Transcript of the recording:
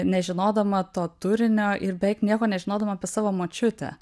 nežinodama to turinio ir beveik nieko nežinodama apie savo močiutę